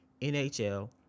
NHL